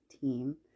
team